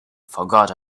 forgot